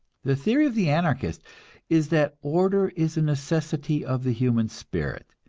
the theory of the anarchist is that order is a necessity of the human spirit,